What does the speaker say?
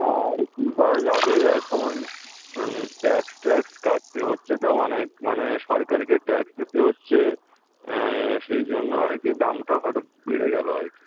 আর কী করা যাবে এখন ট্যাক্স ট্যাক্স কাটতে হচ্ছে তো অনেক মানে সরকারকে ট্যাক্স দিতে হচ্ছে সেই জন্য আর কি দামটা হঠাৎ বেড়ে গেলো আর কি